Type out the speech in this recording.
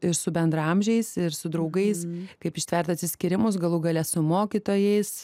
ir su bendraamžiais ir su draugais kaip ištvert atsiskyrimus galų gale su mokytojais